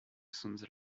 sound